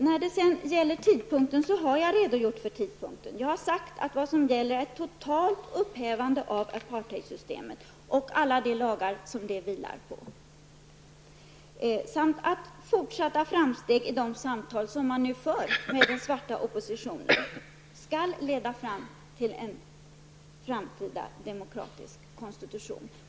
När det sedan gäller tidpunkten har jag redogjort för vad vi tycker. Jag har sagt att vad som gäller är totalt upphävande av apartheidsystemet och alla de lagar som systemet vilar på samt att fortsatta framsteg i de samtal som nu förs med den svarta oppositionen leder fram till en framtida demokratisk konstitution.